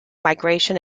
migration